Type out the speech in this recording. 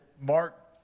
Mark